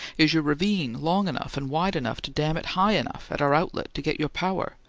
is your ravine long enough and wide enough to dam it high enough at our outlet to get your power,